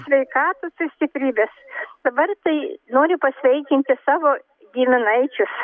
sveikatos ir stiprybės dabar tai noriu pasveikinti savo giminaičius